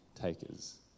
takers